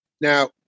now